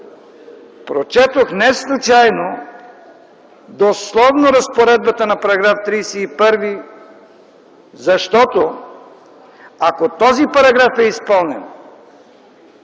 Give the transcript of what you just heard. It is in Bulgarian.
Прочетох неслучайно дословно разпоредбата на § 31, защото ако този параграф е изпълнен,